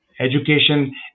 education